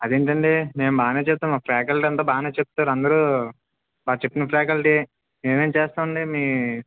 అదేంటండీ మేము బాగానే చెప్తాము మా ఫ్యాకల్టీ అంతా బాగానే చెప్తారు అందరూ బాగా చెప్పిన ఫేకల్టీయే మేమేమి చేస్తామండీ మీ